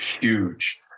huge